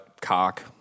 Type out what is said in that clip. cock